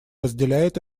разделяет